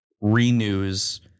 renews